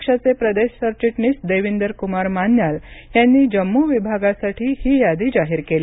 पक्षाचे प्रदेश सरचिटणीस देविंदर कुमार मान्याल यांनी जम्मू विभागासाठी ही यादी जाहीर केली